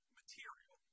material